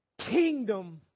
kingdom